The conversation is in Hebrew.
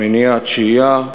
בשביעייה-שמינייה-תשיעייה,